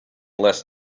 less